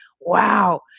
Wow